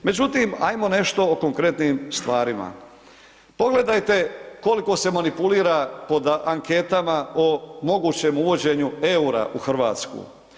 Međutim, ajmo nešto o konkretnim stvarima, pogledajte koliko se manipulira po anketama o mogućem uvođenju EUR-a u Hrvatsku.